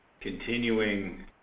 continuing